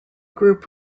group